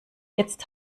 jetzt